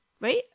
right